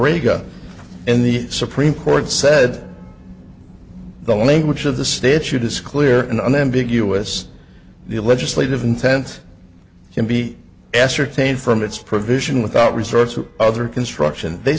in the supreme court said the language of the statute it's clear and unambiguous the legislative intent can be ascertained from its provision without resort to other construction they